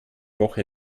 woche